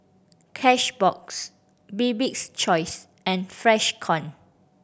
Cashbox Bibik's Choice and Freshkon